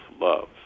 love